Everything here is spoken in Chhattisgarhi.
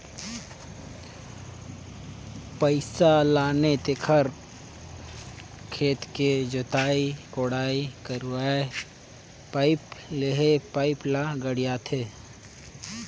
पइसा लाने तेखर खेत के जोताई कोड़ाई करवायें पाइप लेहे पाइप ल गड़ियाथे